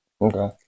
Okay